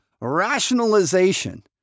rationalization